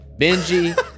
Benji